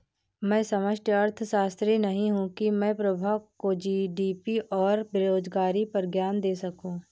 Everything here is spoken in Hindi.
मैं समष्टि अर्थशास्त्री नहीं हूं की मैं प्रभा को जी.डी.पी और बेरोजगारी पर ज्ञान दे सकूं